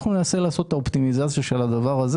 אנחנו ננסה לעשות אופטימיזציה של זה.